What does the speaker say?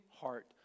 heart